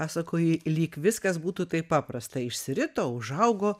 pasakoji lyg viskas būtų taip paprasta išsirito užaugo